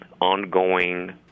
ongoing